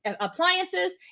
appliances